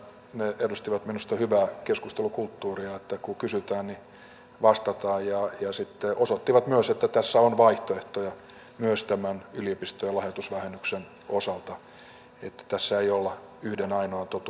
ne edustivat minusta hyvää keskustelukulttuuria että kun kysytään niin vastataan ja sitten osoittivat myös että tässä on vaihtoehtoja myös tämän yliopistojen lahjoitusvähennyksen osalta että tässä ei olla yhden ainoan totuuden politiikassa